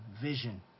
vision